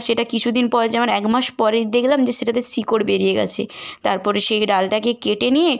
সেটা কিছু দিন পর যেমন এক মাস পরেই দেখলাম যে সেটাতে শিকড় বেরিয়ে গেছে তারপরে সেই ডালটাকে কেটে নিয়ে